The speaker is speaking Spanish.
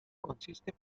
consiste